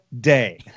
Day